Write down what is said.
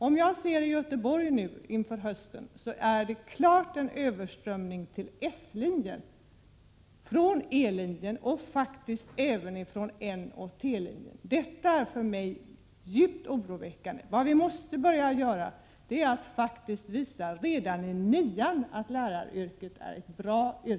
Om jag ser på situationen i Göteborg inför hösten kan jag konstatera en klar överströmning till S-linjen från E-linjen och även från N och T-linjerna. Detta är för mig djupt oroväckande. Vi måste visa eleverna redan när de går i nian att läraryrket är ett bra yrke.